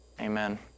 Amen